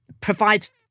provides